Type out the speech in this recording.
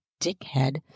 dickhead